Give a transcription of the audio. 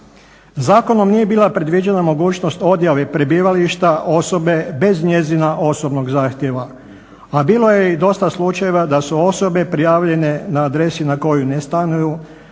Zakonom nije bila predviđena mogućnost odjave prebivališta osobe bez njezina osobnog zahtjeva, a bilo je i dosta slučajeva da su osobe prijavljene na adresi na kojoj ne stanuju,